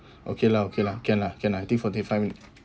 okay lah okay lah can lah can lah I think forty five min~